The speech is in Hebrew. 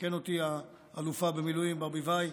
ותתקן אותי האלופה במילואים ברביבאי,